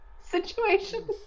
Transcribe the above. situation